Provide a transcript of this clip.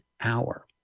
hour